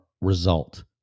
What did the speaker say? result